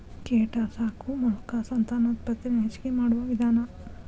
ಕೇಟಾ ಸಾಕು ಮೋಲಕಾ ಸಂತಾನೋತ್ಪತ್ತಿ ನ ಹೆಚಗಿ ಮಾಡುವ ವಿಧಾನಾ